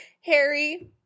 Harry